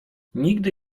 nigdy